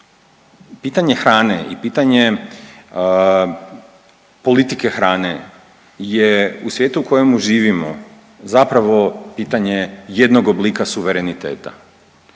pitanje hrane i pitanje politike hrane je u svijetu u kojemu živimo zapravo pitanje jednog oblika suvereniteta.